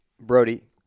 Brody